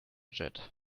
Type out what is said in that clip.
jet